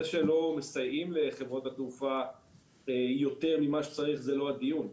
זה שלא מסייעים לחברות התעופה יותר ממה שצריך זה לא הדיון.